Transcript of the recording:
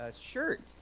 shirt